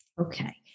okay